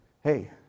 Hey